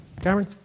Cameron